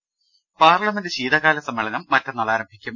രദ്ദേഷ്ടങ പാർലമെന്റ് ശീതകാല സമ്മേളനം മറ്റന്നാൾ ആരംഭിക്കും